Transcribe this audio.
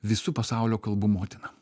visų pasaulio kalbų motina